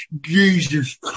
Jesus